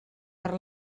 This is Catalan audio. per